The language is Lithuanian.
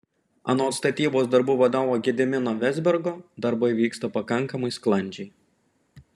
anot statybos darbų vadovo gedimino vezbergo darbai vyksta pakankamai sklandžiai